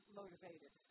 motivated